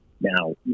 Now